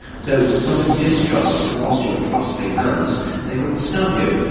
so it was a sign of distrust, that whilst you were clasping hands they couldn't stab you.